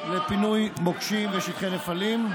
לפינוי מוקשים ושטחי נפלים.